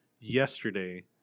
yesterday